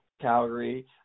Calgary